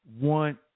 want